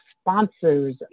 sponsors